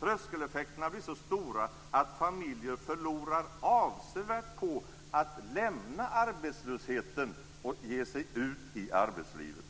Tröskeleffekterna blir så stora att familjer förlorar avsevärt på att lämna arbetslösheten och ge sig ut i arbetslivet.